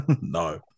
No